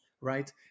right